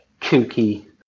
kooky